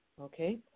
Okay